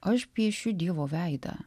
aš piešiu dievo veidą